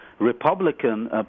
Republican